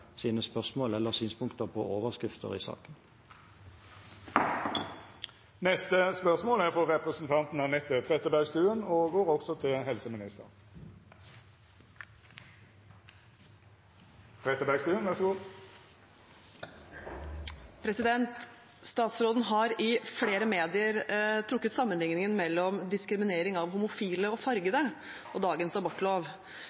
sine spørsmål eller synspunkter på overskriften i saken. «Statsråden har i flere medier trukket sammenligningen mellom diskriminering av homofile og fargede og dagens abortlov. Hvorfor mener statsråden